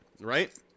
Right